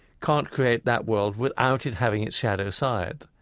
can't create that world without it having its shadow side.